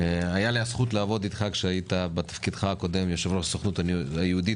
הייתה לי הזכות לעבוד אתך בתפקידך הקודם כיושב-ראש הסוכנות היהודית